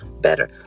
better